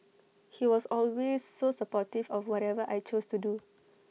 he was always so supportive of whatever I chose to do